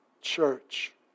church